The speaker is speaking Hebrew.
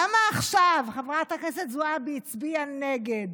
למה עכשיו חברת הכנסת זועבי הצביעה נגד?